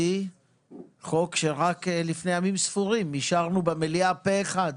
חוק שרק לפני ימים ספורים אישרנו במליאה פה אחד,